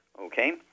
Okay